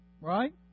right